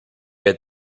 had